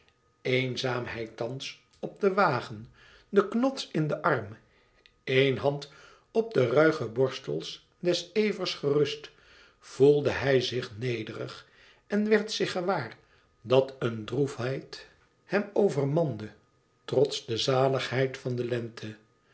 hij thans op den wagen den knots in den arm éen hand op de ruige borstels des evers gerust voelde hij zich nederig en werd zich gewaar dat een droefheid hem overmande trots de zaligheid van de lente